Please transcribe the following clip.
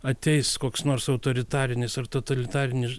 ateis koks nors autoritarinis ar totalitariniž